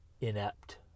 Inept